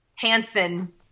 Hansen